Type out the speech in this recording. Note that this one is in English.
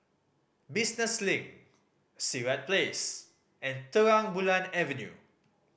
Business Link Sirat Place and Terang Bulan Avenue